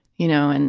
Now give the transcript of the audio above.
you know, and